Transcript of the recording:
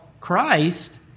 Christ